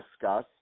discuss